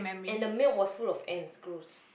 and the milk was full of ants gross